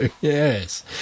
yes